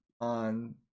on